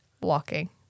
walking